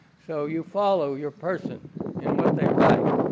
so you follow your person in what they write.